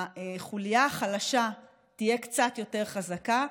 החוליה החלשה תהיה קצת יותר חזקה,